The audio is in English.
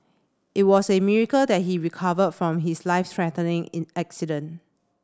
it was a miracle that he recovered from his life threatening in accident